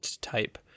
type